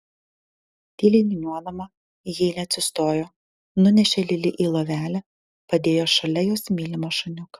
tyliai niūniuodama heilė atsistojo nunešė lili į lovelę padėjo šalia jos mylimą šuniuką